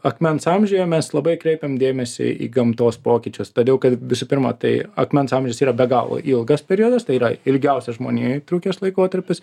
akmens amžiuje mes labai kreipiam dėmesį į gamtos pokyčius todėl kad visų pirma tai akmens amžius yra be galo ilgas periodas tai yra ilgiausias žmonijoj trukęs laikotarpis